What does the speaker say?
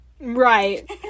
right